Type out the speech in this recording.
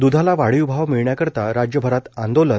दूधला वाढीव भाव मिळण्याकरिता राज्यभरात आंदोलन